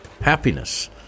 happiness